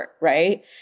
Right